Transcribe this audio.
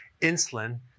insulin